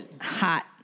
Hot